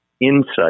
insight